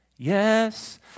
Yes